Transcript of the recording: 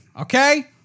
Okay